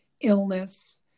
illness